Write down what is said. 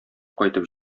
кайтып